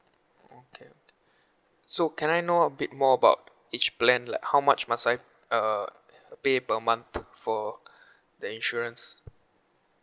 okay so can I know a bit more about each plan like how much must I uh pay per month for the insurance